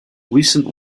recent